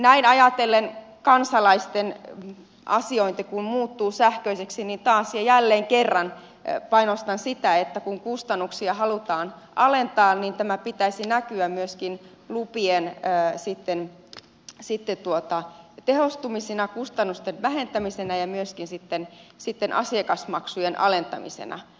näin ajatellen kun kansalaisten asiointi muuttuu sähköiseksi niin taas ja jälleen kerran painotan sitä että kun kustannuksia halutaan alentaa niin tämän pitäisi näkyä myöskin lupien määrä sitten te sitten luvissa tehostumisina kustannusten vähentämisenä ja myöskin asiakasmaksujen alentamisena